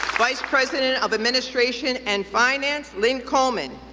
vice president of administration and finance lynn coleman,